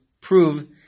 prove